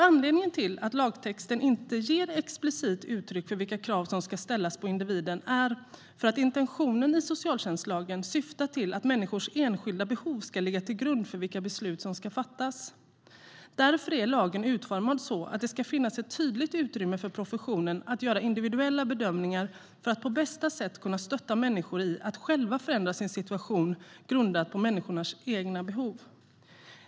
Anledningen till att lagtexten inte ger explicit uttryck för vilka krav som ska ställas på individen är att intentionen i socialtjänstlagen syftar till att människors enskilda behov ska ligga till grund för vilka beslut som ska fattas. Därför är lagen utformad så att det ska finnas ett tydligt utrymme för professionen att göra individuella bedömningar för att på bästa sätt kunna stötta människor i att själva förändra sin situation grundat på deras egna behov.